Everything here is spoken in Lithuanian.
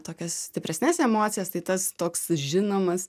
tokias stipresnes emocijas tai tas toks žinomas